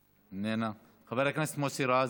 איננה, חבר הכנסת מוסי רז,